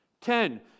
Ten